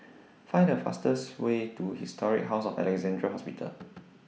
Find The fastest Way to Historic House of Alexandra Hospital